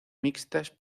mixtas